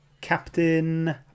Captain